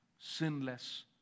sinless